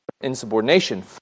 insubordination